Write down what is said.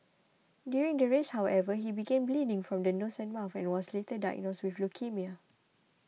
during the race however he began bleeding from the nose and mouth and was later diagnosed with leukaemia